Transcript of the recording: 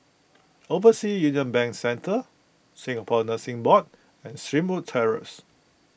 Overseas Union Bank Centre Singapore Nursing Board and Springwood Terrace